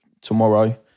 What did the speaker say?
tomorrow